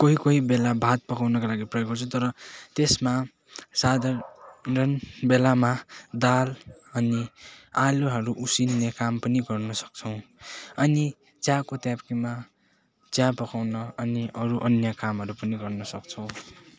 कोही कोही बेला भात पकाउनको लागि प्रयोग गर्छौँ तर त्यसमा साधारण बेलामा दाल अनि आलुहरू उसिन्ने काम पनि गर्न सक्छौँ अनि चियाको ताप्केमा चिया पकाउन अनि अरू अन्य कामहरू पनि गर्न सक्छौँ